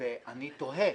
אני תוהה,